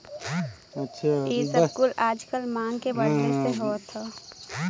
इ सब कुल आजकल मांग के बढ़ले से होत हौ